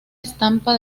estampa